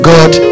God